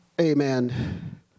Amen